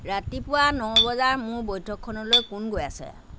ৰাতিপুৱা ন বজাৰ মোৰ বৈঠকখনলৈ কোন গৈ আছে